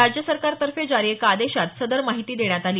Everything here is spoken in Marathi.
राज्य सरकार तर्फे जारी एका आदेशात सदर माहिती देण्यात आली